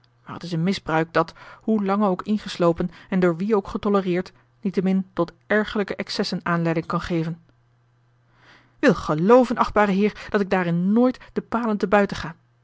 maar het is een misbruik dat hoe lange ook ingeslopen en door wie ook getolereerd niettemin tot ergerlijke excessen aanleiding kan geven wil gelooven achtbare heer dat ik daarin nooit de palen te